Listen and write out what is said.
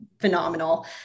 phenomenal